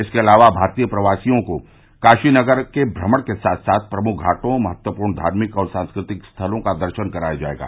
इसके अलावा भारतीय प्रवासियों को काशी नगर के भ्रमण के साथ साथ प्रमुख घाटों महत्वपूर्ण धार्मिक और सांस्कृतिक स्थलों का दर्शन कराया जायेगा